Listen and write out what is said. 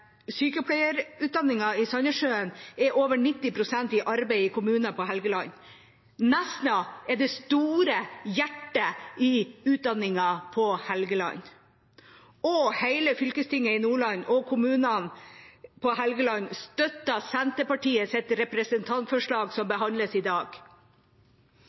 i Sandnessjøen, er over 90 pst. i arbeid i kommuner på Helgeland. Nesna er det store hjertet i utdanningen på Helgeland. Hele fylkestinget i Nordland og kommunene på Helgeland støtter Senterpartiets representantforslag som behandles i dag.